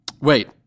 Wait